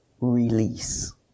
release